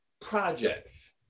projects